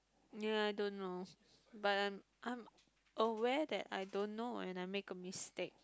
ya I don't know but I'm I'm aware that I don't know when I make a mistake